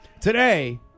Today